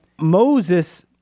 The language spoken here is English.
Moses